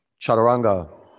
Chaturanga